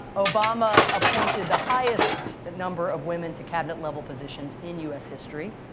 obama appointed the highest number of women to cabinet-level positions in us history.